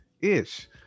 ish